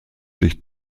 sich